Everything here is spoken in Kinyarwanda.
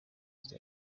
byiza